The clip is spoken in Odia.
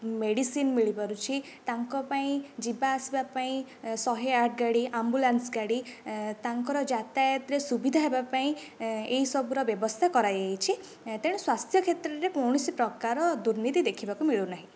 ମେଡିସିନ୍ ମିଳିପାରୁଛି ତାଙ୍କ ପାଇଁ ଯିବା ଆସିବା ପାଇଁ ଶହେ ଆଠ ଗାଡ଼ି ଆମ୍ବୁଲାନ୍ସ ଗାଡ଼ି ତାଙ୍କର ଯାତାୟାତରେ ସୁବିଧା ହେବା ପାଇଁ ଏଇ ସବୁର ବ୍ୟବସ୍ଥା କରାଯାଇଛି ତେଣୁ ସ୍ୱାସ୍ଥ୍ୟ କ୍ଷେତ୍ର ରେ କୌଣସି ପ୍ରକାର ଦୁର୍ନୀତି ଦେଖିବାକୁ ମିଳୁ ନାହିଁ